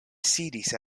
sidis